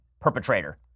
perpetrator